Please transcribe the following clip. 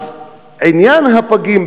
עניין הפגים,